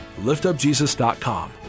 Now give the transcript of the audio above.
liftupjesus.com